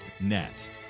net